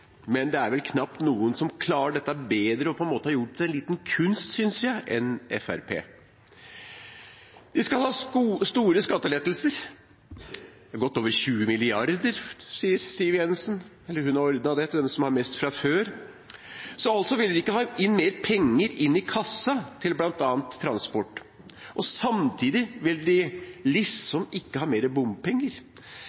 men det er vel knapt noen som klarer dette bedre og har gjort det til en liten kunst, synes jeg, enn Fremskrittspartiet. Vi skal ha store skattelettelser, godt over 20 mrd. kr, sier Siv Jensen – hun har ordnet det til dem som har mest fra før. Så vil en ikke ha mer penger inn i kassa til bl.a. transport, og samtidig vil de